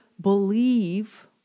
believe